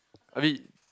I mean